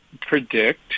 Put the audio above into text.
predict